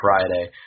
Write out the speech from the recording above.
Friday